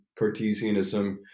Cartesianism